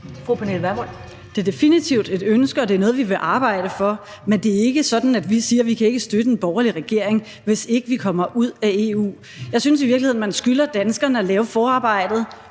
Pernille Vermund (NB): Det er definitivt et ønske, og det er noget, vi vil arbejde for, men det er ikke sådan, at vi siger, at vi ikke kan støtte en borgerlig regering, hvis ikke vi kommer ud af EU. Jeg synes i virkeligheden, man skylder danskerne at lave forarbejdet,